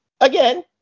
again